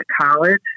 college